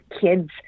kids